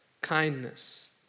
kindness